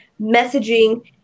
messaging